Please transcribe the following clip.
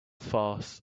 farce